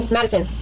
Madison